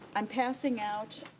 i'm passing out.